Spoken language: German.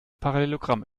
parallelogramm